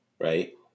Right